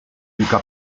kilka